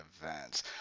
events